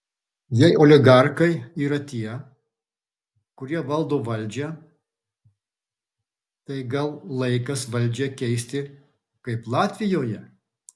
jei oligarchai yra tie kurie valdo valdžią tai gal laikas valdžią keisti kaip latvijoje